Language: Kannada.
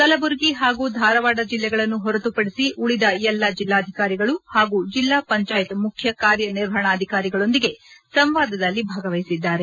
ಕಲಬುರಗಿ ಹಾಗೂ ಧಾರವಾಡ ಜಿಲ್ಲೆಗಳನ್ನು ಹೊರತುಪಡಿಸಿ ಉಳಿದ ಎಲ್ಲಾ ಜಿಲ್ಲಾಧಿಕಾರಿಗಳು ಹಾಗೂ ಜಿಲ್ಲಾ ಪಂಚಾಯತ್ ಮುಖ್ಯ ಕಾರ್ಯನಿರ್ವಹಣಾಧಿಕಾರಿಗಳೊಂದಿಗೆ ಸಂವಾದದಲ್ಲಿ ಭಾಗವಹಿಸಿದ್ದಾರೆ